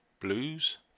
Blues